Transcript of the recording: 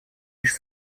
лишь